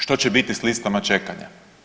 Što će biti s listama čekanja?